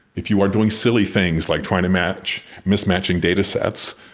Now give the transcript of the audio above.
if you are doing silly things like trying to match mismatching datasets,